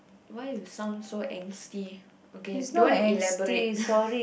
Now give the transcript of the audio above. why you sound so angsty okay don't elaborate